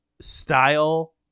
style